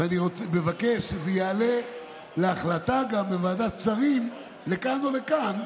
ואני מבקש שזה יעלה להחלטה גם בוועדת שרים לכאן או לכאן,